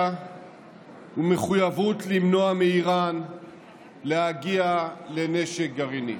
ומחויבים למנוע מאיראן להגיע לנשק גרעיני.